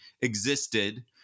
existed